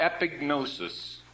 epignosis